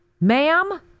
ma'am